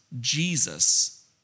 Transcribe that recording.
Jesus